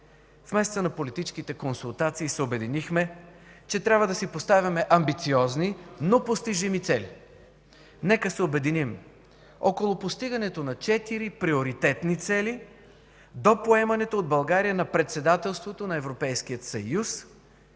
в месеца на политическите консултации се обединихме, че трябва да си поставяме амбициозни, но постижими цели. Нека се обединим около постигането на четири приоритетни цели до поемането от България на председателството на Европейския съюз,